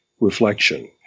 reflection